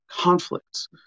conflicts